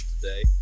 today